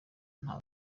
nta